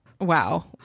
Wow